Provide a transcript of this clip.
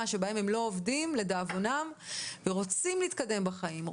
שבה הם לא עובדים לדאבונם ורוצים להתקדם בחיים,